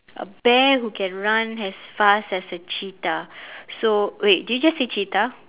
a bear who can run as fast as a cheetah so wait did you just say cheetah